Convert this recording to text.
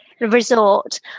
resort